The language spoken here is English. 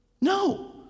No